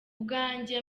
bwanjye